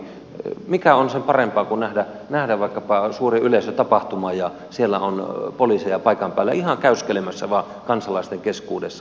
mikä on sen parempaa kuin nähdä vaikkapa suuri yleisötapahtuma ja siellä poliiseja paikan päällä ihan vain käyskelemässä kansalaisten keskuudessa